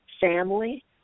family